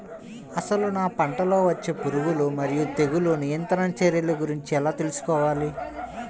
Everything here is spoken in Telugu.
అసలు నా పంటలో వచ్చే పురుగులు మరియు తెగులుల నియంత్రణ చర్యల గురించి ఎలా తెలుసుకోవాలి?